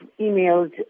emailed